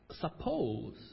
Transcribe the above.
Suppose